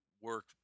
work